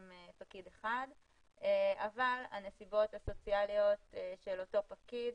עם פקיד אחד אבל הנסיבות הסוציאליות של אותו פקיד